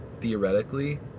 theoretically